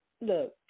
look